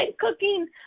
cooking